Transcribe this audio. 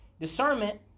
discernment